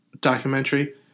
documentary